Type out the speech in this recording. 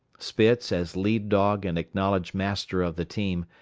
spitz, as lead-dog and acknowledged master of the team,